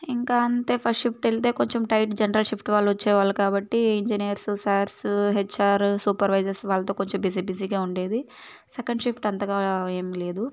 ఇంకా అంతే first shift వెళ్తే కొంచెం టైట్ జనరల్ షిఫ్ట్ వాళ్ళ వచ్చేవాళ్ళు కాబట్టి ఇంజనీర్సు సార్సు హెచ్ఆరు సూపర్వైజర్సు వాళ్ళతో కొంచెం బిజీ బిజీగా ఉండేది సెకండ్ షిఫ్ట్ అంతగా ఏం లేదు